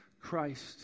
Christ